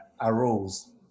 arose